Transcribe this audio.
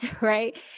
right